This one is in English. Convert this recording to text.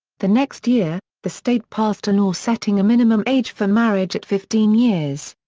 the next year, the state passed a law setting a minimum age for marriage at fifteen years.